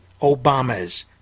Obama's